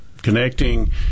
connecting